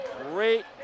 great